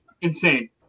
insane